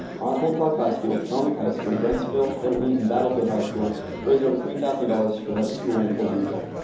osborne park high school, patoma like high school, brentsville, hilton, and battlefield high school raised over three thousand dollars for that school in puerto rico.